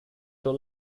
show